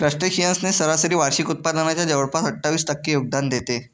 crustaceans ने सरासरी वार्षिक उत्पादनाच्या जवळपास अठ्ठावीस टक्के योगदान देते